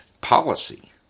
policy